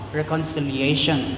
reconciliation